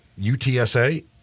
UTSA